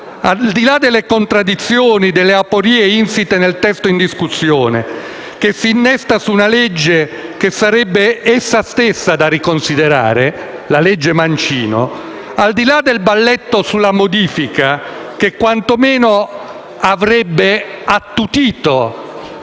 Al di là delle contraddizioni e delle aporie insite nel testo in discussione, che si innesta su una legge che sarebbe essa stessa da riconsiderare, la legge Mancino; al di là del balletto su una modifica che quantomeno avrebbe attutito